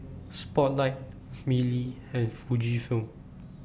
Spotlight Mili and Fujifilm